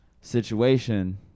Situation